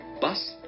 bus